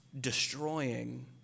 destroying